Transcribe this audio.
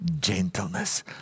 gentleness